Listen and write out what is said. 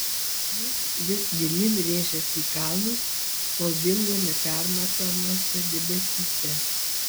jis vis gilyn rėžėsi į kalnus kol dingo nepermatomuose debesyse